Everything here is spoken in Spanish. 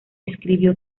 escribió